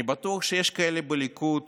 אני בטוח שיש כאלה בליכוד